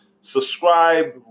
Subscribe